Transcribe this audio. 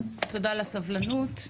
תודה על הסבלנות,